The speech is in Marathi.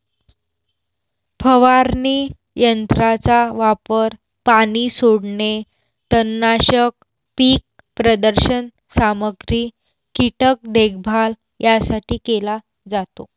फवारणी यंत्राचा वापर पाणी सोडणे, तणनाशक, पीक प्रदर्शन सामग्री, कीटक देखभाल यासाठी केला जातो